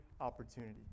opportunity